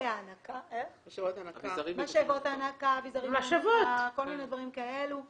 משאבות הנקה, אביזרים להנקה, כל מיני דברים כאלה.